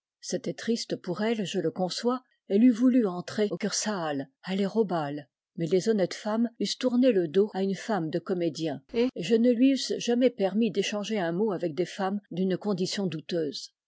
c'était triste pour elle je le conçois elle eût voulu entrer au kursaal aller au bal mais les honnêtes femmes eussent tourné le dos à une femme de comédien et je ne lui eusse jamais permis d'échanger un mot avec des femmes d'une condition douteuse